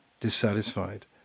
dissatisfied